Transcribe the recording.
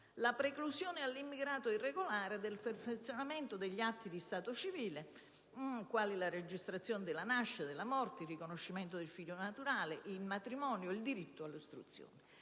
la preclusione all'immigrato irregolare del perfezionamento degli atti di stato civile, quali la registrazione della nascita, della morte, il riconoscimento del figlio naturale, il matrimonio, il diritto all'istruzione.